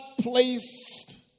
placed